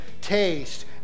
taste